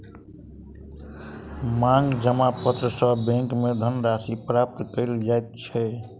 मांग जमा पत्र सॅ बैंक में धन राशि प्राप्त कयल जाइत अछि